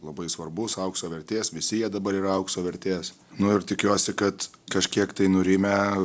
labai svarbus aukso vertės visi jie dabar yra aukso vertės nu ir tikiuosi kad kažkiek tai nurimę